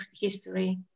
history